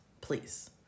Please